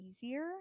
easier